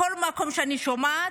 בכל מקום אני שומעת.